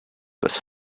was